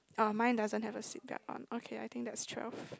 oh mine doesn't have a seat belt on okay I think that's twelve